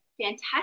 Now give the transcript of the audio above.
Fantastic